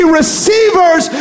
receivers